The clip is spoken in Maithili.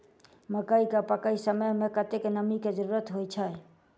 मकई केँ पकै समय मे कतेक नमी केँ जरूरत होइ छै?